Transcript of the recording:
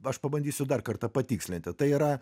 aš pabandysiu dar kartą patikslinti tai yra